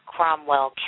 Cromwell